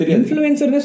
influencer